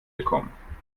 bekommen